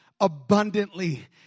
abundantly